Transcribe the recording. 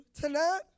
Tonight